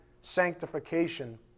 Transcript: sanctification